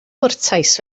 gwrtais